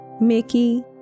Mickey